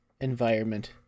environment